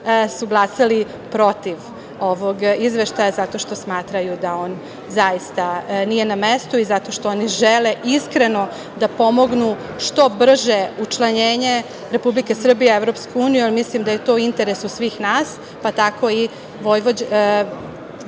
su glasali protiv ovog Izveštaja, zato što smatraju da on zaista nije na mestu i zato što oni žele iskreno da pomognu što brže učlanjenje Republike Srbije u Evropsku uniju, ali mislim da je to u interesu svih nas pa tako i vojvođanskih